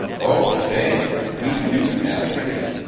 okay, we do have tickets.